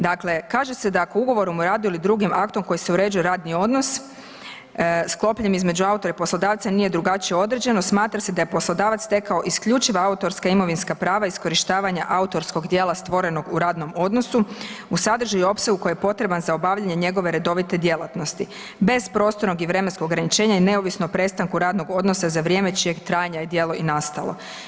Dakle, kaže se da ako ugovorom o radu ili drugim aktom koji se uređuje radni odnos sklopljen između autora i poslodavca nije drugačije određeno smatra se da je poslodavac stekao isključiva autorska i imovinska prava iskorištavanja autorskog djela stvorenog u radnom odnosu u sadržaju i opsegu koji je potreban za obavljanje njegove redovite djelatnosti bez prostornog i vremenskog ograničenja i neovisno o prestanku radnog odnosa za vrijeme čijeg trajanja je djelo i nastalo.